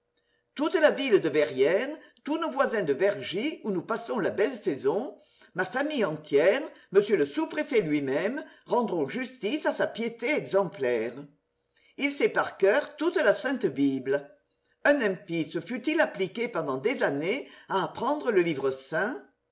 toute la ville de verrières tous nos voisins de vergy où nous passons la belle saison ma famille entière m le sous-préfet lui-même rendront justice à sa piété exemplaire il sait par coeur toute la sainte bible un impie se fût-il appliqué pendant des années à apprendre le livre saint